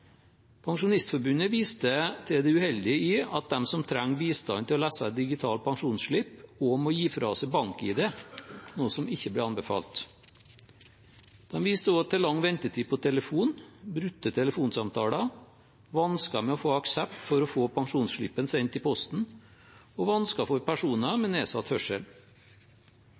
Pensjonistforbundet viste til det uheldige i at de som trenger bistand til å lese digital pensjonsslipp, også må gi fra seg BankID, noe som ikke blir anbefalt. De viste også til lang ventetid på telefon, brutte telefonsamtaler, vansker med å få aksept for å få pensjonsslippen sendt i posten og vansker for personer med nedsatt hørsel.